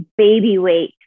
babyweight